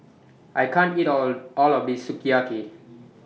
I can't eat All All of This Sukiyaki